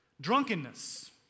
Drunkenness